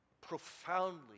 Profoundly